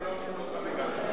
לא אמרו לך כולם.